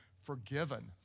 forgiven